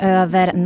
över